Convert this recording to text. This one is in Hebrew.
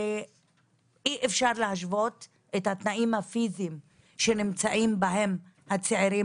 אי אפשר להשוות את התנאים הפיזיים שנמצאים בהם הצעירים